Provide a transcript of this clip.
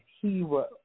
hero